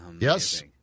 Yes